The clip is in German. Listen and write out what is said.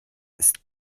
ist